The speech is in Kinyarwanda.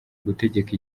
gutegeka